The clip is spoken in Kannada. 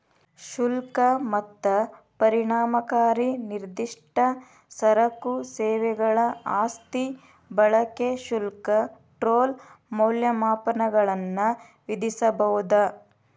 ಶುಲ್ಕ ಮತ್ತ ಪರಿಣಾಮಕಾರಿ ನಿರ್ದಿಷ್ಟ ಸರಕು ಸೇವೆಗಳ ಆಸ್ತಿ ಬಳಕೆ ಶುಲ್ಕ ಟೋಲ್ ಮೌಲ್ಯಮಾಪನಗಳನ್ನ ವಿಧಿಸಬೊದ